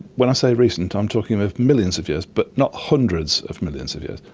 when i say recent i'm talking of millions of years but not hundreds of millions of years.